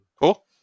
Cool